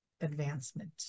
advancement